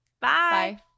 Bye